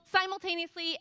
simultaneously